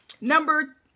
number